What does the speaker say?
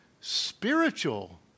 spiritual